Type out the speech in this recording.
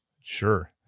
Sure